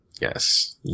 Yes